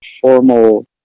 formal